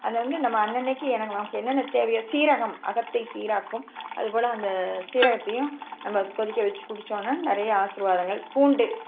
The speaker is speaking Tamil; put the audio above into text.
அதை வந்து நம்ம அன்னன்னைக்கு எனக் நமக்கு என்னென்ன தேவையோ சீரகம் அகத்தை சீராக்கும் அதுப்போல் அந்த சீரகத்தையும் நம்ம கொதிக்க வச்சு குடிச்சோன்னா நிறையா ஆசீர்வாதங்கள் பூண்டு